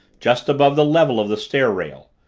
just above the level of the stair rail,